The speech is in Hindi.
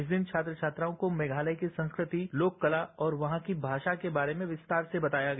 इस दिन छात्र छात्राओं को मेघालय की संस्कृति लोककला और वहां की भाषा के बारे में विस्तार से बताया गया